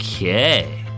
Okay